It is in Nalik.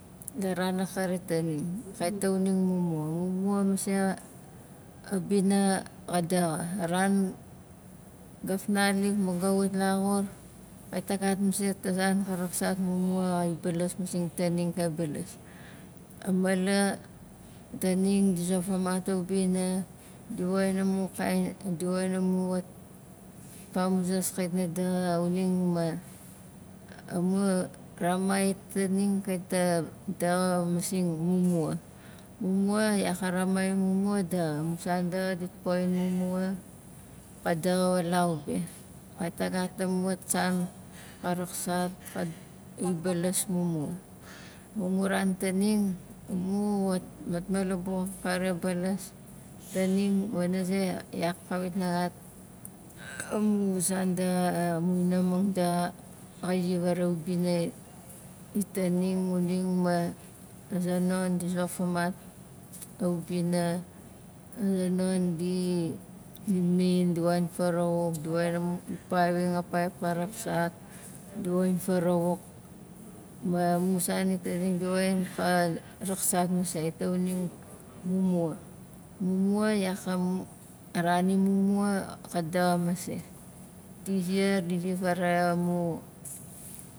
La ran akari tanin kait na uning mumua, mumua masei xari a bina xa daxa a ran ga fnalik ma ga wat laxur kait na gat masei ta zan ka raksat mumua xai balas masing tanin ka balas a mala tanin di zofamat a ubina di woxin amu kain di woxin amu wat famuzas kait na daxa xuning ma amu ramai itanin kait a daxa masing mumua mumua yak a ramaing mumua xa daxa amusan daxa dit poxin mumua ka daxa walau be kait na gat amu wat san ka raaksat kait balas mumua ma mu ran tanin amu wat- matmalabuk kari ka balas tanin wana ze yak kawit na gat amu san daxa, amu inaxamang daxa xai zi varafauk a ubina itanin masing ma xuning ma a zonon di zofamat a ubina, a zonon di imin di woxin farawauk, di woxin amu paivang a paip ka raksat di woxin farawauk ma musan itanin di woxin ka raaksat masei ta uning mumua mumua yak amu a ran imumua ka daxa masei di ziar di zi varaxai amu